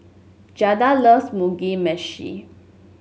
Jada loves Mugi Meshi